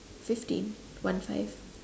fifteen one five